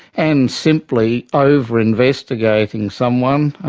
and simply over-investigating someone,